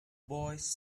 boys